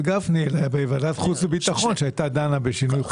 גפני אלא בוועדת חוץ וביטחון שהייתה דנה בשינוי.